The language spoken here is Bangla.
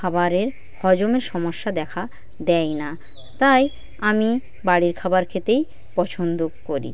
খাবারের হজমের সমস্যা দেখা দেয়না তাই আমি বাড়ির খাবার খেতেই পছন্দ করি